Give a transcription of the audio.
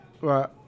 Right